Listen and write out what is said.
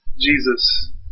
Jesus